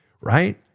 right